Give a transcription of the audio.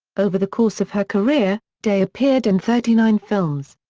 over the course of her career, day appeared in thirty nine films.